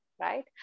right